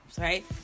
right